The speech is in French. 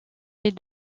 est